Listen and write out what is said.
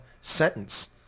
sentence